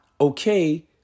okay